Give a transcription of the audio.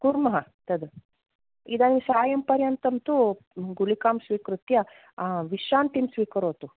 कुर्मः तद् इदानीं सायम्पर्यन्तं तु गुलिकां स्वीकृत्य विश्रान्तिं स्वीकरोतु